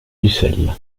ussel